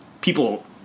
people